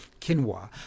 quinoa